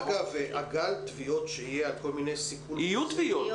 אגב גל התביעות שיהיה --- יהיו תביעות.